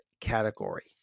category